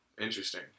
Interesting